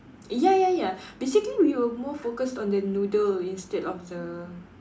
ya ya ya basically we were more focused on the noodle instead of the